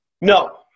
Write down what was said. no